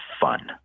fun